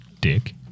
Dick